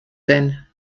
denn